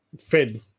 fed